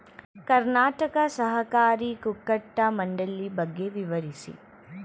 ಕರ್ನಾಟಕ ಸಹಕಾರಿ ಕುಕ್ಕಟ ಮಂಡಳಿ ಬಗ್ಗೆ ವಿವರಿಸಿ?